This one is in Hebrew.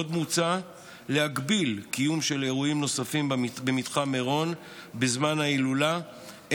עוד מוצע להגביל קיום של אירועים נוספים במתחם מירון בזמן ההילולה,